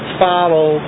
follow